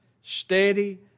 steady